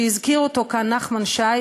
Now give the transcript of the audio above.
שהזכיר כאן נחמן שי,